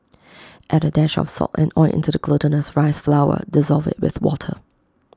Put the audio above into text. add A dash of salt and oil into the glutinous rice flour dissolve IT with water